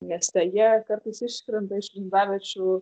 mieste jie kartais iškrenta iš lizdaviečių